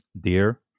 dear